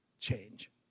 change